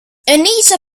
anita